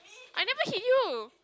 I never hit you